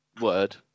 word